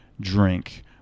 drink